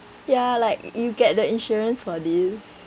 ya like you get the insurance for this